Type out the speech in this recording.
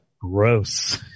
Gross